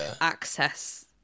access